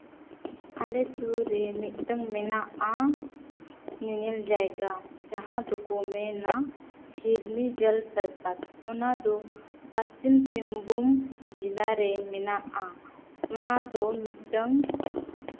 ᱟᱞᱮ ᱥᱩᱨ ᱨᱮ ᱢᱤᱫᱴᱟᱱ ᱢᱮᱱᱟᱜᱼᱟ ᱧᱮᱧᱮᱞ ᱡᱟᱭᱜᱟ ᱡᱟᱦᱟᱸ ᱫᱚᱠᱚ ᱢᱮᱱᱼᱟ ᱦᱤᱨᱞᱤ ᱡᱚᱞ ᱯᱨᱚᱯᱟᱛ ᱚᱱᱟ ᱫᱚ ᱯᱚᱥᱪᱤᱢ ᱥᱤᱝᱵᱷᱩᱢ ᱡᱮᱞᱟᱨᱮ ᱢᱮᱱᱟᱜᱼᱟ ᱚᱱᱟᱫᱚ ᱢᱤᱫᱴᱟᱱ